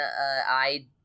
I-